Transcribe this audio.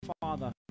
Father